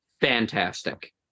fantastic